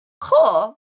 Cool